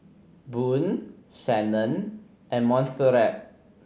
Boone Shannon and Monserrat